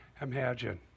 imagine